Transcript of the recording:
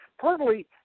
partly